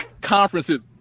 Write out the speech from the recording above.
conferences